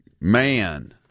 man